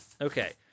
Okay